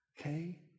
Okay